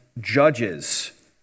judges